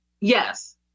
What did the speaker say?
Yes